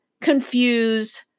Confuse